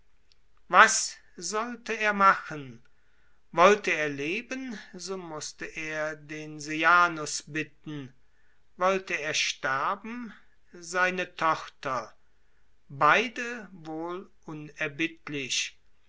was sollte er machen wollte er leben so mußte er den sejanus bitten wollte er leben seine tochter beide unerbittlich